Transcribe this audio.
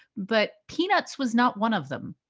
but peanuts was not one of them.